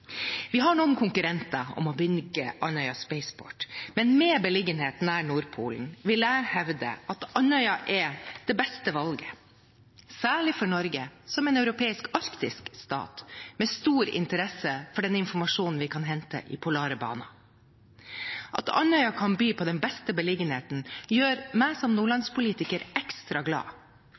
Vi har noen konkurrenter til det å bygge Andøya Spaceport, men med beliggenhet nær Nordpolen vil jeg hevde at Andøya er det beste valget, særlig for Norge, som en europeisk arktisk stat, med stor interesse for den informasjonen vi kan hente i polare baner. At Andøya kan by på den beste beliggenheten, gjør meg som Nordland-politiker ekstra glad,